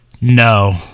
No